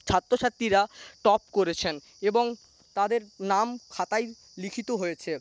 ছাত্র ছাত্রীরা টপ করেছেন এবং তাদের নাম খাতায় লিখিত হয়েছে